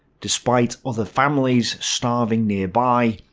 despite other families starving nearby,